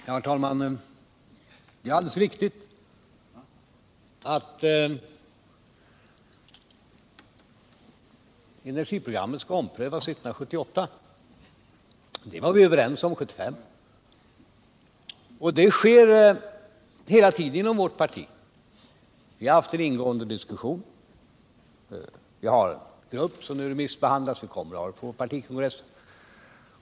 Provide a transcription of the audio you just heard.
Herr talman! Det är alldeles riktigt att energiprogrammet skall omprövas 1978; det var vi överens om 1975. Och den omprövningen sker hela tiden inom vårt parti. Vi har haft en ingående diskussion, vi har en grupp vars arbete nu remissbehandlas och kommer upp på vår partikongress.